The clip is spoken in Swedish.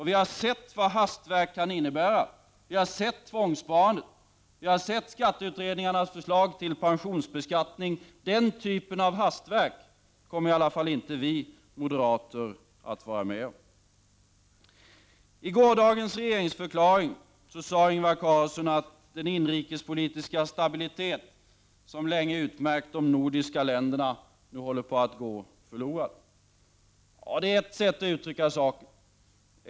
Vi har sett vad hastverk kan innebära. Vi har sett tvångssparandet och skatteutredningarnas förslag till pensionsbeskattning. Den typen av hastverk kommer i alla fall vi moderater aldrig att ställa oss bakom. I gårdagens regeringsförklaring sade Ingvar Carlsson att den inrikespolitiska stabilitet som länge utmärkt de nordiska länderna nu håller på att gå förlorad. Det är ett sätt att uttrycka saken.